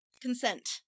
consent